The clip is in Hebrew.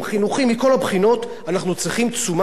אנחנו צריכים תשומה ציבורית יותר גדולה.